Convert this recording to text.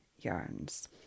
yarns